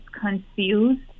confused